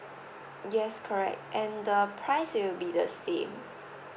yes correct and the price will be the same